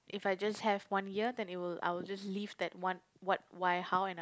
if I just have one year then it will I'll just live that one what why how and I